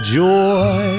joy